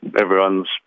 everyone's